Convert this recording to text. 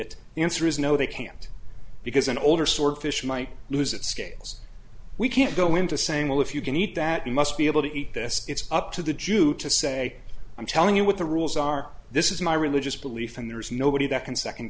is no they can't because an older swordfish might lose it scales we can't go into saying well if you can eat that you must be able to eat this it's up to the jew to say i'm telling you what the rules are this is my religious belief and there's nobody that can second